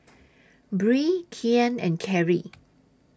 Bree Kian and Kerry